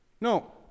No